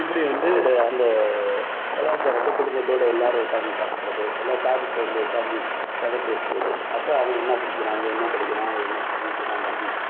இப்படி வந்து அந்தக் கலாச்சாரத்தை குடும்பத்தோட எல்லாரும் உட்காந்து சாப்பிட்றது எல்லா சாப்பிட்டு வந்து உட்காந்தி கதை பேசுகிறது அப்போ அவன் என்ன படிக்கிறான் இவன் என்ன படிக்கிறான் இவன் என்ன செஞ்சிக்கிட்டிருக்கான் தம்பி